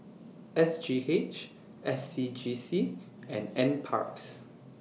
S G H S C G C and NParks